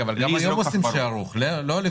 אבל גם היום עושים שערוך, בשביל האג"ח, לא?